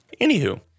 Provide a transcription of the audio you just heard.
Anywho